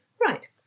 Right